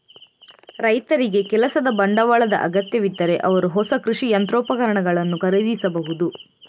ರೈತರಿಗೆ ಕೆಲಸದ ಬಂಡವಾಳದ ಅಗತ್ಯವಿದ್ದರೆ ಅವರು ಹೊಸ ಕೃಷಿ ಯಂತ್ರೋಪಕರಣಗಳನ್ನು ಖರೀದಿಸಬಹುದು